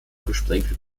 gesprenkelt